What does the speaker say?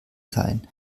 sein